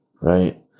right